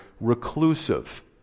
reclusive